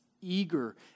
eager